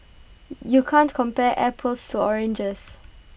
you can't compare apples to oranges